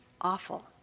awful